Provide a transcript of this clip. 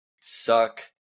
suck